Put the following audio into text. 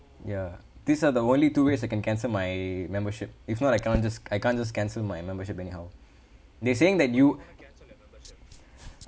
ya these are the only two ways I can cancel my membership if not I cannot just I can't just cancel my membership anyhow they saying that you